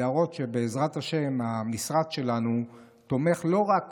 להראות שבעזרת השם המשרד שלנו תומך לא רק